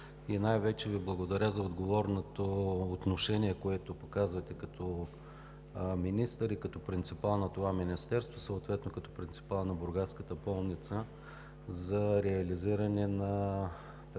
и най-вече Ви благодаря за отговорното отношение, което показахте като министър и като принципал на това министерство, съответно като принципал на бургаската болница за продължаване на тази